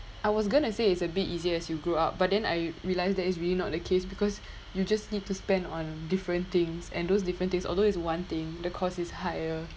I was gonna say it's a bit easier as you grow up but then I realised that it's really not the case because you just need to spend on different things and those different things although it's one thing the cost is higher